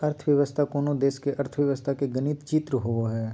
अर्थव्यवस्था कोनो देश के अर्थव्यवस्था के गणित चित्र होबो हइ